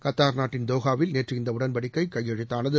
Qatar நாட்டின் தோகாவில் நேற்று இந்த உடன்படிக்கை கையெழுத்தானது